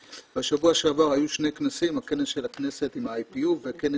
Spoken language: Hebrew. בשבוע שעבר היו שני כנסים הכנס של הכנסת עם ה-IPU והכנס